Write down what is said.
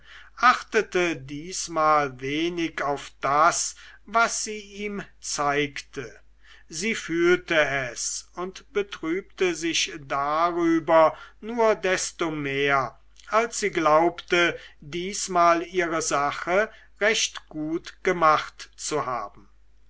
achtete diesmal wenig auf das was sie ihm zeigte sie fühlte es und betrübte sich darüber nur desto mehr als sie glaubte diesmal ihre sache recht gut gemacht zu haben